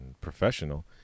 professional